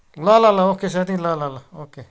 ल ल ल ओके साथी ल ल ल ओके